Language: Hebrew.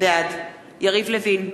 בעד יריב לוין,